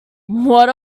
what